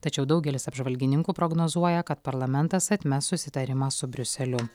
tačiau daugelis apžvalgininkų prognozuoja kad parlamentas atmes susitarimą su briuseliu